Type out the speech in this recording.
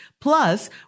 plus